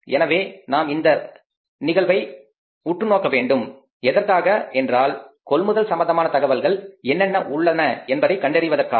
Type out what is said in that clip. எனவே நாம் இந்த வழக்கை உற்றுநோக்க வேண்டும் எதற்காக என்றால் கொள்முதல் சம்பந்தமான தகவல்கள் என்னென்ன உள்ளன என்பதை கண்டறிவதற்காக